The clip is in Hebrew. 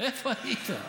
איפה היית?